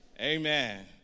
amen